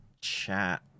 chat